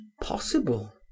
possible